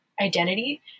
identity